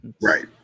Right